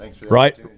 Right